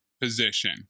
position